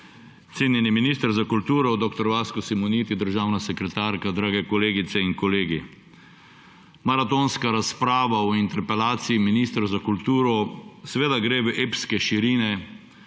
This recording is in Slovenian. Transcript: cenjeni minister za kulturo dr. Vasko Simoniti, državna sekretarka, dragi kolegice in kolegi! Maratonska razprava o interpelaciji ministra za kulturo seveda gre v epske širine,